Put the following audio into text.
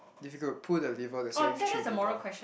if you could pull the lever that says three people